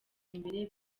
imbere